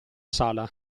sala